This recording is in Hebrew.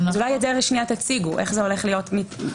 אולי תציגו, איך זה הולך להיות לעמדתכם?